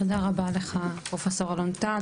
תודה רבה לך פרופסור אלון טל.